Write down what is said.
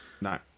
No